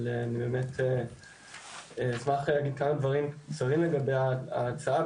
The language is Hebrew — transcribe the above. אבל אני באמת אשמח להגיד כמה דברים קצרים לגבי ההצעה.